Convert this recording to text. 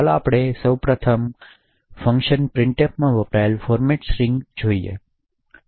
ચાલો આપણે સૌથી પ્રખ્યાત ફંક્શન પ્રિન્ટફમાં વપરાયેલ ફોર્મેટ સ્ટ્રિંગ જોઈએ